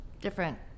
Different